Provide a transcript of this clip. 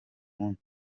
munsi